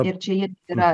ir čia jie yra